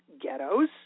ghettos